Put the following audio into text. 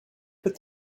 put